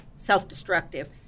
Self-destructive